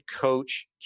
coach